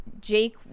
Jake